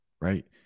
right